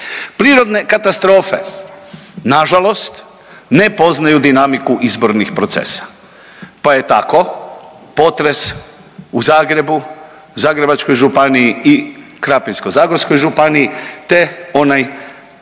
Prirodne katastrofe nažalost ne poznaju dinamiku izbornih procesa, pa je tako potres u Zagrebu, Zagrebačkoj županiji i Krapinsko-zagorskoj županiji te onaj